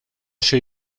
się